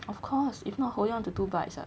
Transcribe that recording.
of course if not holding onto two bikes ah